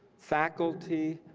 faculty,